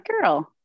Girl